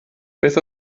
beth